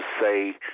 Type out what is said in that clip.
say